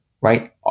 right